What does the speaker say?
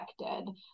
affected